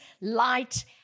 light